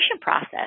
process